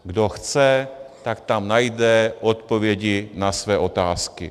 Kdo chce, tak tam najde odpovědi na své otázky.